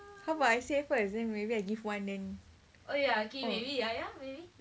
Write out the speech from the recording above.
how about I say first then maybe I give one then right